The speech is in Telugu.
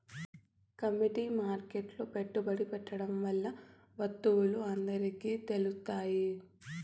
కమోడిటీ మార్కెట్లో పెట్టుబడి పెట్టడం వల్ల వత్తువులు అందరికి తెలుత్తాయి